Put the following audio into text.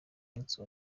munsi